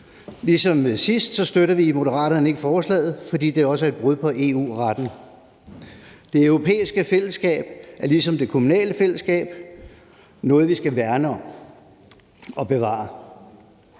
ligesom sidst støtter vi i Moderaterne ikke forslaget, fordi det også er et brud på EU-retten. Det europæiske fællesskab er ligesom det kommunale fællesskab noget, vi skal værne om og bevare.